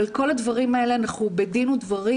אבל כל הדברים האלה אנחנו בדין ודברים